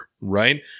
right